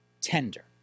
Tender